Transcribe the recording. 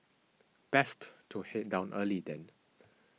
best to head down early then